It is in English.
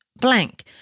blank